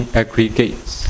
aggregates